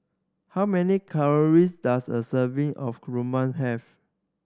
how many calories does a serving of rawon have